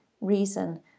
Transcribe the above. reason